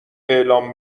اعلام